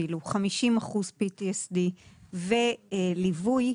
50% PTSD וליווי,